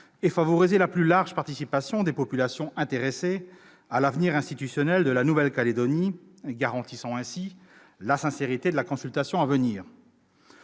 et favoriser la plus large participation des « populations intéressées » à l'avenir institutionnel de la Nouvelle-Calédonie, garantissant ainsi la sincérité de la consultation à venir.